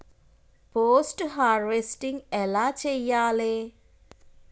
Post harvesting ఎలా చెయ్యాలే?